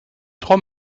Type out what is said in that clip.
trois